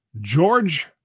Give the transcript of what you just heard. George